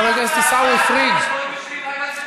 מערכת המשפט, מה אתה חורץ?